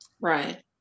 right